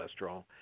cholesterol